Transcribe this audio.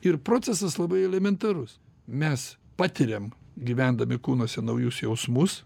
ir procesas labai elementarus mes patiriam gyvendami kūnuose naujus jausmus